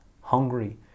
hungry